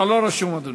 אתה לא רשום, אדוני.